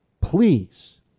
please